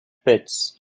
pits